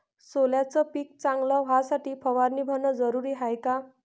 सोल्याचं पिक चांगलं व्हासाठी फवारणी भरनं जरुरी हाये का?